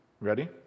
Ready